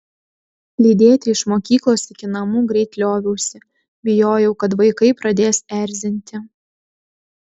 lydėti iš mokyklos iki namų greit lioviausi bijojau kad vaikai pradės erzinti